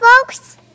folks